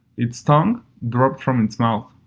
its tongue drooped from its mouth,